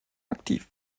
aktiv